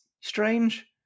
strange